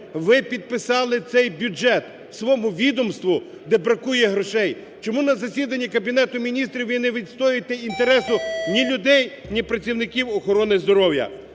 ви підписали цей бюджет в своєму відомстві, де бракує грошей? Чому на засіданні Кабінету Міністрів ви не відстоюєте інтересу ні людей, ні працівників охорони здоров'я?